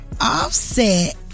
Offset